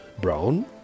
brown